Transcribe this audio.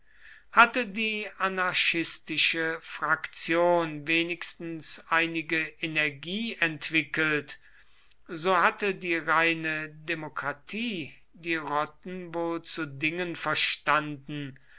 hatte die anarchistische fraktion wenigstens einige energie entwickelt so hatte die reine demokratie die rotten wohl zu dingen verstanden